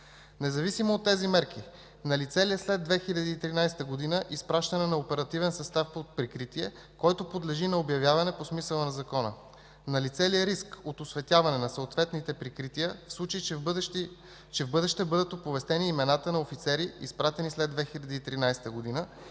Независимо от тези мерки, налице ли е след 2013 г. изпращане на оперативен състав под прикритие, който подлежи на обявяване по смисъла на Закона? Налице ли е риск от осветяване на съответните прикрития, в случай че в бъдеще бъдат оповестени имената на офицери, изпратени след 2013 г.,